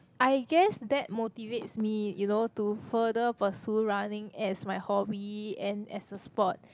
I guess that motivates me you know to further pursue running as my hobby and as a sport